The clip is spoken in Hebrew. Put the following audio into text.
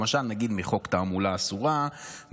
למשל מחוק תעמולה אסורה,